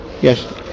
Yes